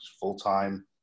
full-time